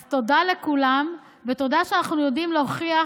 אז תודה לכולם, ותודה על שאנחנו יודעים להוכיח